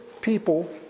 people